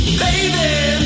baby